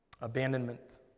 abandonment